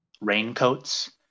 raincoats